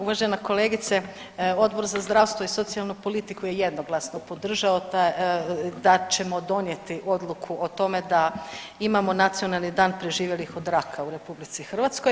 Uvažena kolegice, Odbor za zdravstvo i socijalnu politiku je jednoglasno podržao da ćemo donijeti odluku o tome da imamo Nacionalni dan preživjelih od raka u RH.